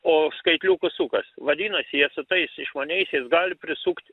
o skaitliukas sukasi vadinasi jie su tais išmaniaisiais gali prisukt